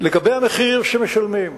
לגבי המחיר שמשלמים,